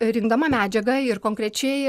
rinkdama medžiagą ir konkrečiai